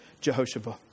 Jehoshaphat